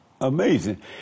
Amazing